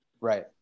Right